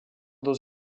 dans